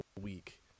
week